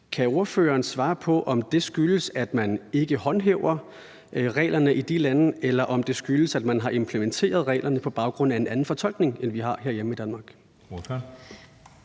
Kan ordføreren svare på, om det skyldes, at man ikke håndhæver reglerne i de lande, eller om det skyldes, at man har implementeret reglerne på baggrund af en anden fortolkning, end vi har herhjemme i Danmark?